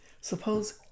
Suppose